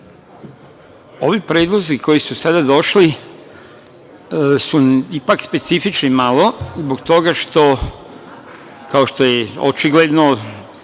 predlozi koji su sada došli su ipak specifični malo zbog toga što, kao što je očigledno,